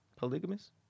Polygamous